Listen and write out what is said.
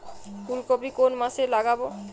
ফুলকপি কোন মাসে লাগাবো?